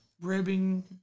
ribbing